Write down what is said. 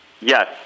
Yes